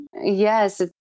yes